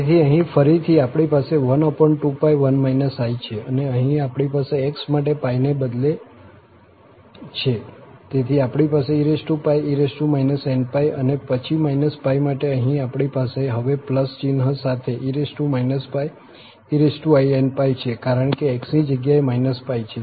તેથી અહીં ફરીથી આપણી પાસે 12 છે અને અહીં આપણે x માટે π ને બદલે છે તેથી આપણી પાસે ee in અને પછી π માટે અહીં આપણી પાસે હવે ચિહ્ન સાથે e ein છે કારણ કે x ની જગ્યાએ π છે